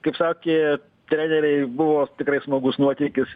kaip sakė treneriai buvo tikrai smagus nuotykis